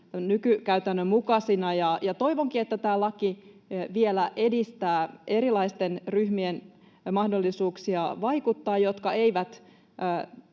nykykäytännön mukaisina. Toivonkin, että tämä laki vielä edistää niiden erilaisten ryhmien mahdollisuuksia vaikuttaa, jotka eivät